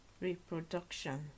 reproduction